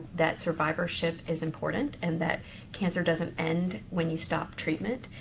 that survivorship is important, and that cancer doesn't end when you stop treatment,